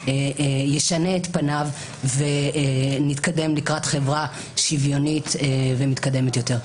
ישנה את פניו ונתקדם לקראת חברה שוויונית ומתקדמת יותר.